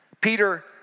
Peter